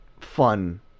fun